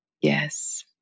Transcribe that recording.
Yes